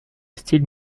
style